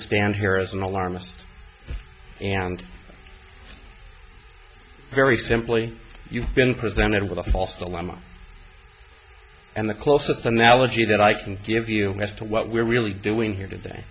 stand here as an alarmist and very simply you've been presented with a false dilemma and the closest analogy that i can give us to what we're really doing here today